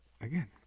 again